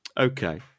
Okay